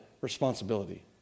responsibility